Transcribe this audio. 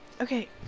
okay